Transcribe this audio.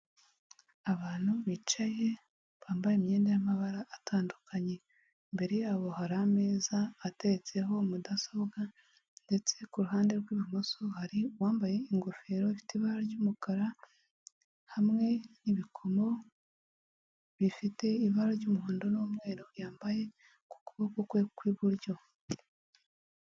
Abantu bicaye bambaye imyenda y'amabara atandukanye imbere yabo hari ameza ateretseho mudasobwa, ndetse kuruhande rw'ibumoso hari uwambaye ingofero ifite ibara ry'umukara hamwe n'ibikomo bifite ibara ry'umuhondo n'umweru yambaye ku kuboko kwe kw'iburyo.